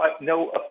no –